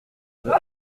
deux